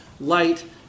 light